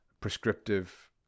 prescriptive